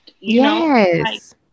Yes